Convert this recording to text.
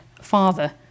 father